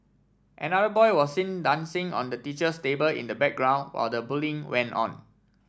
another boy was seen dancing on the teacher's table in the background while the bullying went on